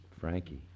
Frankie